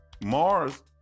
Mars